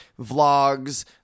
Vlogs